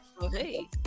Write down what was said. okay